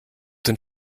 den